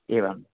एवं